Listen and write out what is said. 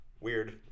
weird